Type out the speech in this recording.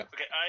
Okay